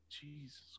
Jesus